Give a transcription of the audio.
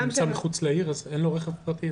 אם הוא מחוץ לעיר ואין לו רכב פרטי?